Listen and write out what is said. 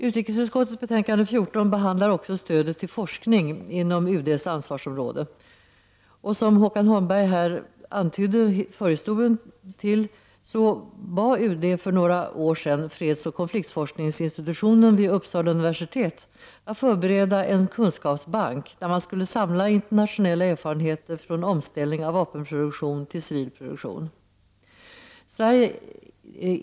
Utrikesutskottets betänkande nr 14 behandlar också stödet till forskning 115 inom UD:s ansvarsområde. Som Håkan Holmberg här antydde förhistorien till bad UD för några år sedan fredsoch konfliktforskningsinstitutionen vid Uppsala universitet att förbereda en kunskapsbank, där man skulle samla internationella erfarenheter från omställning av vapenproduktion till civil produktion.